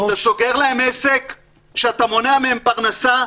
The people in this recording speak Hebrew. אתה סוגר להם עסק ואתה מונע מהם פרנסה,